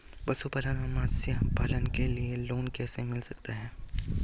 पशुपालन और मत्स्य पालन के लिए लोन कैसे मिल सकता है?